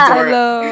Hello